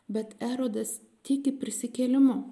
bet erodas tiki prisikėlimu